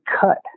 cut